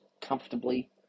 comfortably